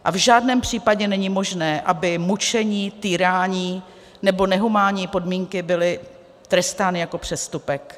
A v žádném případě není možné, aby mučení, týrání nebo nehumánní podmínky byly trestány jako přestupek.